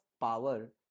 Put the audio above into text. power